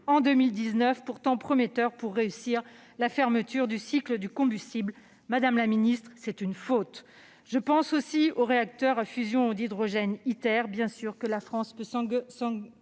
en 2019 et pourtant prometteur pour réussir la fermeture du cycle du combustible. Madame la ministre, c'est une faute ! Je pense aussi au réacteur à fusion d'hydrogène ITER, que la France peut s'enorgueillir